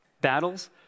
battles